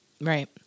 right